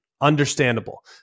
Understandable